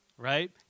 right